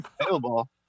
Available